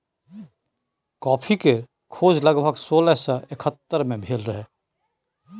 coffee केर खोज लगभग सोलह सय एकहत्तर मे भेल रहई